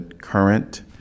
current